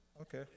Okay